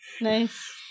Nice